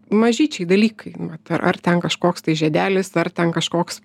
mažyčiai dalykai nu vat ar ten kažkoks tai žiedelis ar ten kažkoks